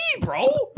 bro